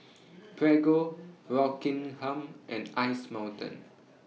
Prego Rockingham and Ice Mountain